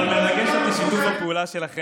לא החמצתם שום הזדמנות.